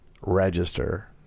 Register